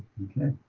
okay.